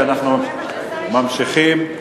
אנחנו ממשיכים.